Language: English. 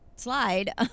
slide